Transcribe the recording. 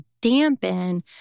dampen